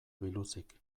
biluzik